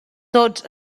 tots